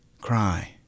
cry